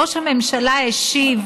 ראש הממשלה השיב: